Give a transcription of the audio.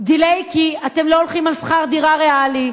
delay, כי אתם לא הולכים על שכר דירה ריאלי.